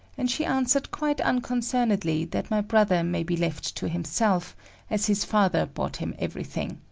and she answered quite unconcernedly that my brother may be left to himself as his father bought him everything.